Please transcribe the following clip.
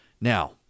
Now